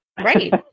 right